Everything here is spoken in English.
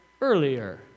earlier